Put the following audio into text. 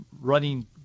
running